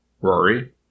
Rory